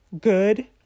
good